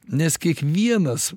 nes kiekvienas